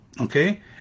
okay